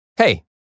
Hey